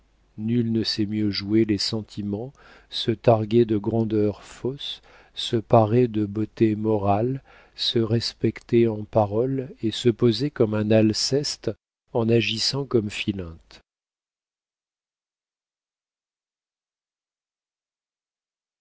nul ne sait mieux jouer les sentiments se targuer de grandeurs fausses se parer de beautés morales se respecter en paroles et se poser comme un alceste en agissant comme philinte